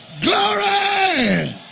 Glory